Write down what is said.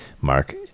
mark